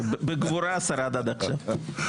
שבגבורה שרד עד עכשיו.